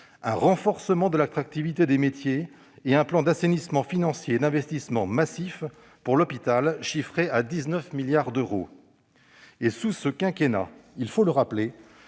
un renforcement de l'attractivité des métiers et un plan d'assainissement financier et d'investissement massif pour l'hôpital chiffré à 19 milliards d'euros. Sous ce quinquennat, il faut le rappeler,